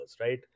right